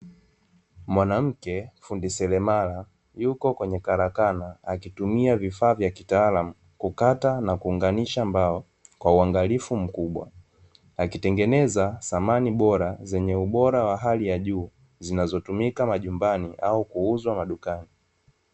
Mwanamke fundi seremala yuko kwenye karakana, akitumia vifaa vya kitaalamu, kukata na kuunganisha mbao, kwa uangalifu mkubwa. Akitengeneza samani bora zenye ubora wa hali ya juu, zinazotumika majumbani au kuuzwa madukani.